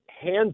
hands